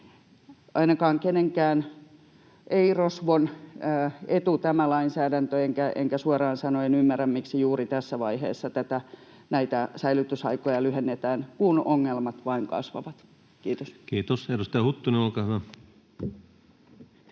ainakaan kenenkään ei-rosvon etu tämä lainsäädäntö, enkä suoraan sanoen ymmärrä, miksi juuri tässä vaiheessa näitä säilytysaikoja lyhennetään, kun ongelmat vain kasvavat. — Kiitos. Kiitos. — Edustaja Huttunen, olkaa hyvä.